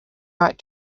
right